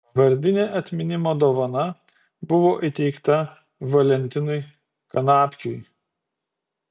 vardinė atminimo dovana buvo įteikta valentinui kanapkiui